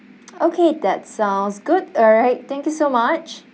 okay that sounds good alright thank you so much